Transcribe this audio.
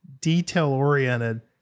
detail-oriented